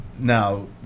Now